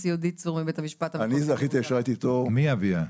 מי אביה?